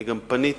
אני פניתי,